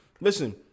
Listen